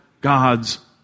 God's